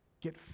get